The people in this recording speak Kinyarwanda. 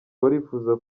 barifuza